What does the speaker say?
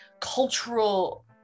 cultural